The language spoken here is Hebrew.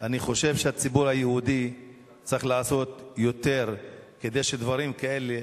אני חושב שהציבור היהודי צריך לעשות יותר כדי שדברים כאלה